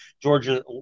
Georgia